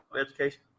education